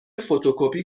فتوکپی